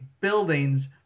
buildings